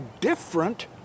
different